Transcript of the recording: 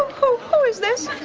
who, who is this?